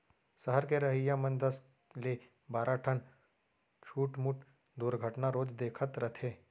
सहर के रहइया मन दस ले बारा ठन छुटमुट दुरघटना रोज देखत रथें